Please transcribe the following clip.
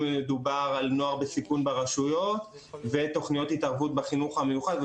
מדובר על נוער בסיכון ברשויות ותוכניות התערבות בחינוך המיוחד.